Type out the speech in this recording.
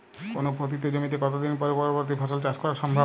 কোনো পতিত জমিতে কত দিন পরে পরবর্তী ফসল চাষ করা সম্ভব?